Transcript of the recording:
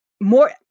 more